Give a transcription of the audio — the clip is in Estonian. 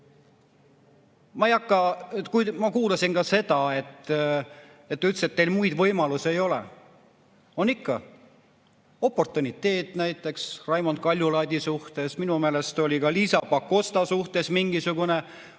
Ma kuulasin ka seda, et te ütlesite, et teil muid võimalusi ei ole. On ikka! Oportuniteet näiteks Raimond Kaljulaidil suhtes. Minu meelest ka Liisa Pakosta suhtes olid